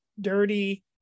dirty